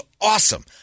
awesome